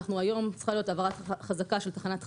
היום צריכה להיות העברת חזקה של תחנת "חגית",